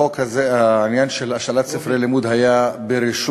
החוק הזה, העניין של השאלת ספרי לימוד היה ברשות,